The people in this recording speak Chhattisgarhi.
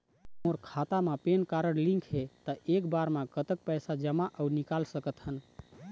मोर खाता मा पेन कारड लिंक हे ता एक बार मा कतक पैसा जमा अऊ निकाल सकथन?